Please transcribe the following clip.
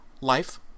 life